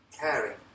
caring